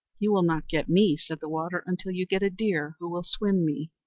you will not get me, said the water, until you get a deer who will swim me.